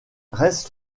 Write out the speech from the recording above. restent